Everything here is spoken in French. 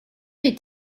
est